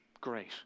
great